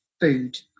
food